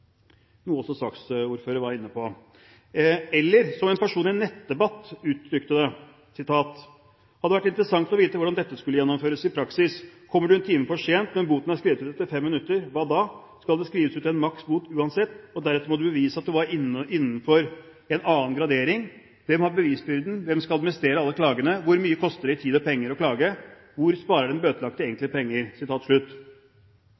noe også saksordføreren var inne på. Eller som en person i en nettdebatt uttrykte: «Hadde vært interessant å vite hvordan dette skulle gjennomføres i praksis. Kommer du en time for sent, men boten ble skrevet ut etter 5 minutter – hva da? Skal det skrives ut en maks-bot uansett og deretter må du bevise at du var innenfor en annen gradering? Hvem har bevisbyrden? Hvem skal administrere alle klagene? Hvor mye koster det i tid og penger å klage? Hvor sparer den bøtelagte